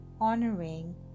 honoring